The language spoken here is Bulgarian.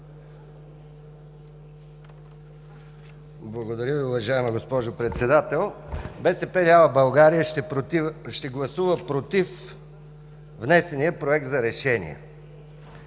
Благодаря Ви, уважаема госпожо Председател. БСП лява България ще гласува против внесения Проект за решение. Всъщност,